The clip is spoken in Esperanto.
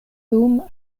dum